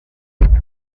byatuma